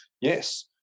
yes